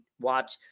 watch